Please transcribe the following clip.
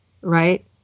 right